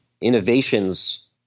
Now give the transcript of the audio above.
innovations